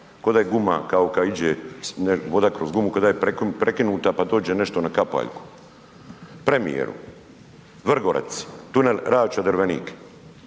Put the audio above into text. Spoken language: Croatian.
da je guma, kao kad ide voda kroz gumu, kao da je prekinuta, pa dođe nešto na kapaljku. Premijeru, Vrgorac, tunel Ravča-Drvenik,